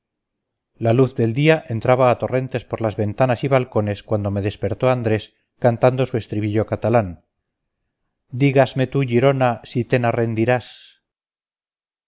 la luz del día entraba a torrentes por las ventanas y balcones cuando me despertó andrés cantando su estribillo catalán en aquellos días